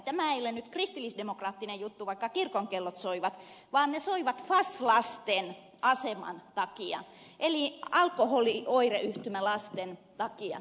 tämä ei ole nyt kristillisdemokraattinen juttu vaikka kirkon kellot soivat vaan kellot soivat fas lasten aseman takia eli alkoholioireyhtymälasten takia